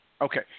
Okay